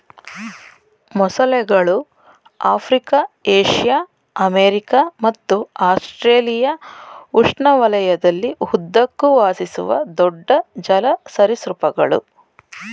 ಮೊಸಳೆಗಳು Africa Asia America ಮತ್ತು Australia ಉಷ್ಣವಲಯದಲ್ಲಿ ಉದ್ದಕ್ಕೂ ವಾಸಿಸುವ ದೊಡ್ಡ ಜಲ ಸರೀಸೃಪಗಳು